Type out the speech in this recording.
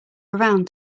around